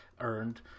earned